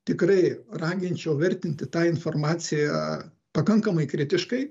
tikrai raginčiau vertinti tą informaciją pakankamai kritiškai